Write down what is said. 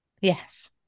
Yes